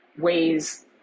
ways